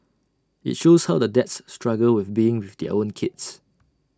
IT shows how the dads struggle with being with their own kids